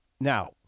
Now